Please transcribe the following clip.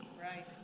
Right